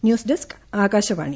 news desk Akashvani